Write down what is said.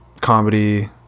comedy